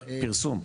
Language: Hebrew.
פרסום.